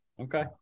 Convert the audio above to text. Okay